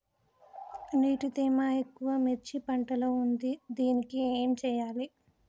నీటి తేమ ఎక్కువ మిర్చి పంట లో ఉంది దీనికి ఏం చేయాలి?